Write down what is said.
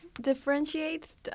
differentiates